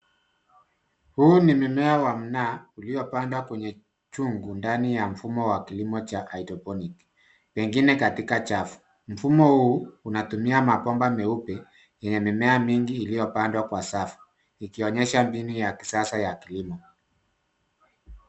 Huu ni mimea wa mnaa uliopandwa kwenye chungu ndani yamfumo wa kilimo cha hydroponic pengine katika chafu. Mfumo huu unatumia mabomba meupe yenye mimea mingi iliyopandwa kwa safu ikionyesha mbinu ya kisasa ya kilimo .